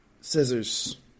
Scissors